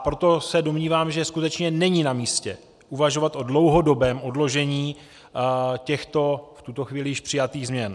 Proto se domnívám, že skutečně není namístě uvažovat o dlouhodobém odložení těchto v tuto chvíli již přijatých změn.